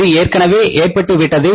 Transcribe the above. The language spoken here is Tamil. இது ஏற்கனவே ஏற்பட்டுவிட்டது